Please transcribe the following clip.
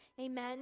Amen